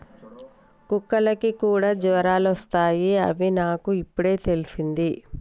కుక్కలకి కూడా జ్వరాలు వస్తాయ్ అని నాకు ఇప్పుడే తెల్సింది